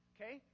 Okay